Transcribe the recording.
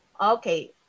Okay